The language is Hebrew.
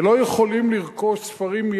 ולא יכולים למכור ספרים,